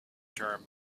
term